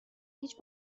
هیچ